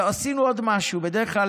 ועשינו עוד משהו: בדרך כלל,